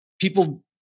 People